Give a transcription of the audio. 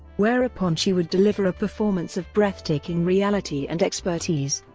whereupon she would deliver a performance of breathtaking reality and expertise.